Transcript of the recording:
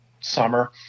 summer